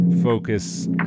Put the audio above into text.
focus